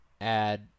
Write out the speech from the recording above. add